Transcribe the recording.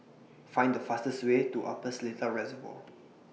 Find The fastest Way to Upper Seletar Reservoir